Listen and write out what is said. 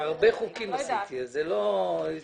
דברים